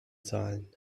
zahlen